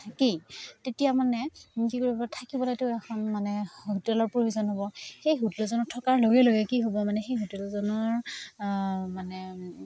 নাথাকেই তেতিয়া মানে কি কৰিব থাকিবলেতো এখন মানে হোটেলৰ প্ৰয়োজন হ'ব সেই হোটেলত থকাৰ লগে লগে কি হ'ব মানে সেই হোটেলজনৰ মানে